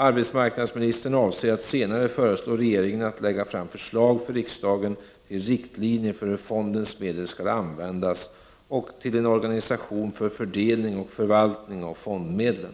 Arbetsmarknadsministern avser att senare föreslå regeringen att lägga fram förslag för riksdagen till riktlinjer för hur fondens medel skall användas och till en organisation för fördelning och förvaltning av fondmedlen.